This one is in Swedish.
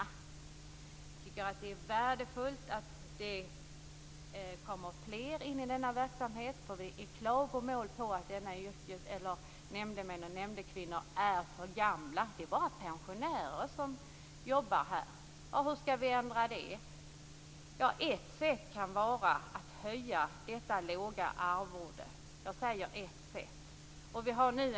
Jag tycker att det är värdefullt att det kommer in fler i denna verksamhet, för det finns klagomål på att nämndemännen och nämndekvinnorna är för gamla. Det är bara pensionärer som jobbar här. Hur skall vi ändra det? Ett sätt kan vara att höja detta låga arvode. Jag säger att det kan vara ett sätt.